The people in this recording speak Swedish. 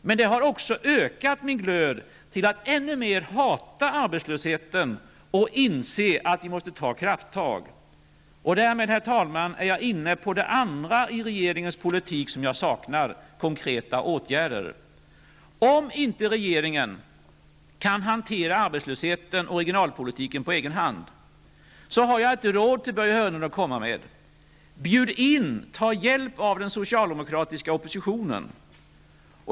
Men det har också ökat min glöd till att ännu mer hata arbetslösheten och inse att vi måste ta krafttag. Därmed, herr talman, är jag inne på det andra i regeringens politik som jag saknar: konkreta åtgärder. Om inte regeringen kan hantera arbetslösheten och regionalpolitiken på egen hand har jag ett råd till Börje Hörnlund att komma med: Bjud in, ta hjälp av den socialdemokratiska oppositionen!